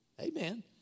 Amen